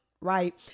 Right